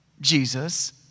Jesus